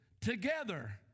together